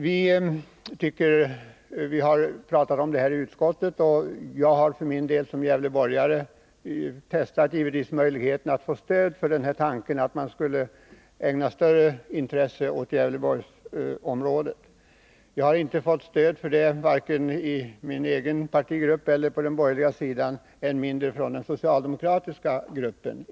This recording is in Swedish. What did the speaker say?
Vi har pratat om det här i utskottet, och jag har för min del som gävleborgare givetvis testat möjligheterna att få stöd för tanken att fonden skulle ägna större intresse åt Gävleborgsområdet. Jag har inte fått stöd för det, vare sig i min egen partigrupp eller på den borgerliga sidan, än mindre från den socialdemokratiska gruppen.